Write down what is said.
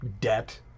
debt